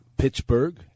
Pittsburgh